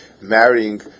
marrying